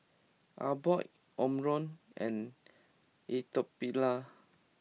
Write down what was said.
Abbott Omron and Atopiclair